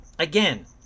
again